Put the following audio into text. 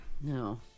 No